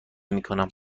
میکنم